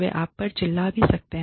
वे आप पर चिल्ला भी सकते हैं